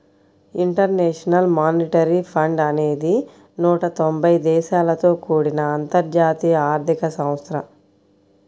international monetary fund అనేది నూట తొంబై దేశాలతో కూడిన అంతర్జాతీయ ఆర్థిక సంస్థ